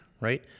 right